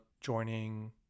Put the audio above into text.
joining